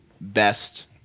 best